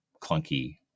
clunky